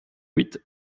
huit